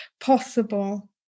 possible